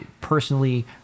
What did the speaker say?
personally